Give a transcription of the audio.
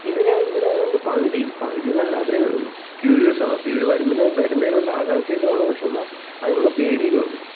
ഇവർ ഇവരതുകൊണ്ട് പകുതി പകുതിയെന്നല്ല അവർ ക്യൂരിയസ്സാണ് അപ്പം ഇവർ വരും വരുന്നതിനുള്ള ആകാംക്ഷയിലുമാണ് പക്ഷേ എന്നാൽ അതിനുള്ള പേടിയിലുണ്ട്